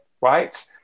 right